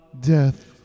death